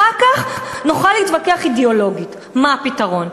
אחר כך נוכל להתווכח אידיאולוגית מה הפתרון,